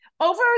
Over